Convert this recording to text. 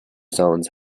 zones